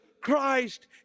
Christ